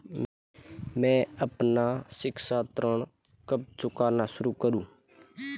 मैं अपना शिक्षा ऋण कब चुकाना शुरू करूँ?